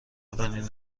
اولین